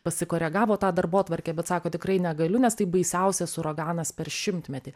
pasikoregavo tą darbotvarkę bet sako tikrai negaliu nes tai baisiausias uraganas per šimtmetį